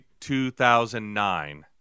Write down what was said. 2009